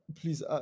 Please